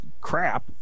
crap